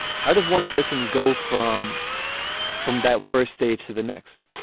how does one person go from from that first stage to the next